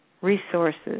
resources